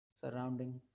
surrounding